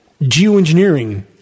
Geoengineering